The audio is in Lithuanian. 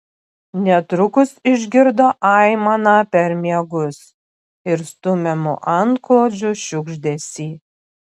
netrukus išgirdo aimaną per miegus ir stumiamų antklodžių šiugždesį